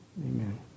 Amen